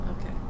Okay